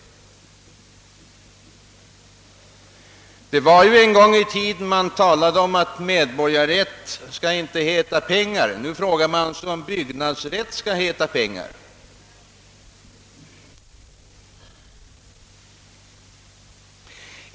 En gång i tiden talade man om att medborgarrätt inte skall heta pengar. Nu frågar man sig om byggnadsrätt skall heta pengar.